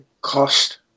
cost